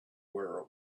where